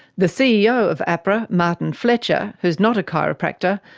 the ceo of ahpra, martin fletcher, who is not a chiropractor,